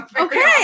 okay